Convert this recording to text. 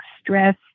stress